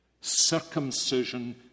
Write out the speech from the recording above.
circumcision